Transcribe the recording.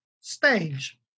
stage